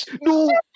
No